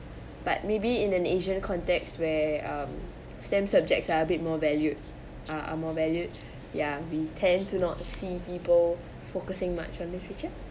but maybe in an asian context where um STEM subjects are a bit more valued are are more valued ya we tend to not see people focusing much on literature